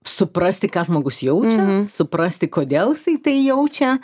suprasti ką žmogus jaučia suprasti kodėl jisai tai jaučia